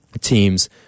teams